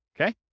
okay